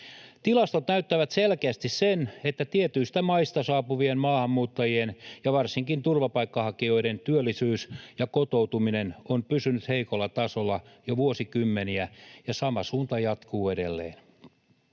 Tilastot näyttävät selkeästi sen, että tietyistä maista saapuvien maahanmuuttajien ja varsinkin turvapaikanhakijoiden työllisyys ja kotoutuminen on pysynyt heikolla tasolla jo vuosikymmeniä ja sama suunta jatkuu edelleen.